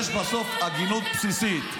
יש בסוף הגינות בסיסית.